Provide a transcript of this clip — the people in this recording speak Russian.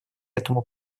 этому